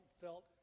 felt